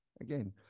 Again